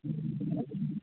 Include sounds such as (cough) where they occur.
(unintelligible)